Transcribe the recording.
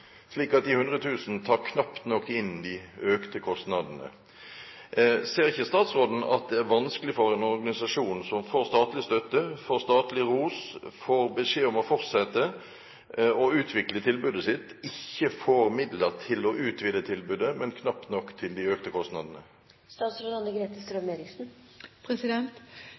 slik at de 100 000 kr knapt nok dekker de økte kostnadene. Ser ikke statsråden at det er vanskelig at en organisasjon som får statlig støtte, får statlig ros, får beskjed om å fortsette med å utvikle tilbudet sitt, ikke får midler til å utvide tilbudet, bare knapt nok til de økte kostnadene?